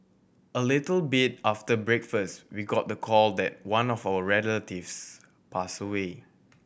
a little bit after breakfast we got the call that one of our relatives passed away